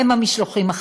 הוא המשלוחים החיים.